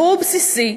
והוא הבסיסי,